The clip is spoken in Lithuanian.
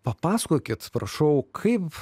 papasakokit prašau kaip